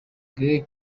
greg